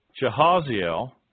Jehaziel